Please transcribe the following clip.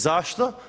Zašto?